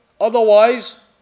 Otherwise